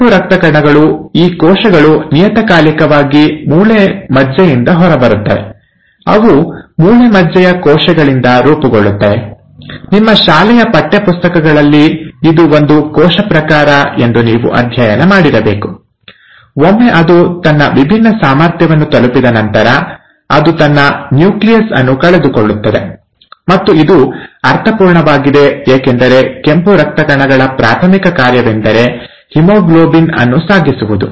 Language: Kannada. ಕೆಂಪು ರಕ್ತ ಕಣಗಳು ಈ ಕೋಶಗಳು ನಿಯತಕಾಲಿಕವಾಗಿ ಮೂಳೆ ಮಜ್ಜೆಯಿಂದ ಹೊರಬರುತ್ತವೆ ಅವು ಮೂಳೆ ಮಜ್ಜೆಯ ಕೋಶಗಳಿಂದ ರೂಪುಗೊಳ್ಳುತ್ತವೆ ನಿಮ್ಮ ಶಾಲೆಯ ಪಠ್ಯಪುಸ್ತಕಗಳಲ್ಲಿ ಇದು ಒಂದು ಕೋಶ ಪ್ರಕಾರ ಎಂದು ನೀವು ಅಧ್ಯಯನ ಮಾಡಿರಬೇಕು ಒಮ್ಮೆ ಅದು ತನ್ನ ವಿಭಿನ್ನ ಸಾಮರ್ಥ್ಯವನ್ನು ತಲುಪಿದ ನಂತರ ಅದು ತನ್ನ ನ್ಯೂಕ್ಲಿಯಸ್ ಅನ್ನು ಕಳೆದುಕೊಳ್ಳುತ್ತದೆ ಮತ್ತು ಇದು ಅರ್ಥಪೂರ್ಣವಾಗಿದೆ ಏಕೆಂದರೆ ಕೆಂಪು ರಕ್ತ ಕಣಗಳ ಪ್ರಾಥಮಿಕ ಕಾರ್ಯವೆಂದರೆ ಹಿಮೋಗ್ಲೋಬಿನ್ ಅನ್ನು ಸಾಗಿಸುವುದು